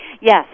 Yes